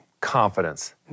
confidence